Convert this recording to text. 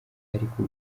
ariko